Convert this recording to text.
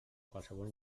qualsevol